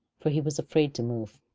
for he was afraid to move.